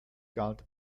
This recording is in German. galt